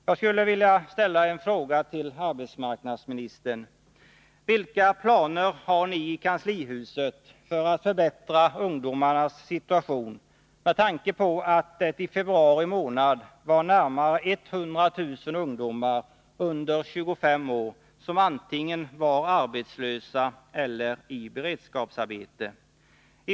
Jag skulle vilja ställa en fråga till arbetsmarknadsministern: Vilka planer har ni i kanslihuset för att förbättra ungdomarnas situation med tanke på att det i februari månad var närmare 100 000 ungdomar under 25 år som antingen var arbetslösa eller i beredskapsarbete?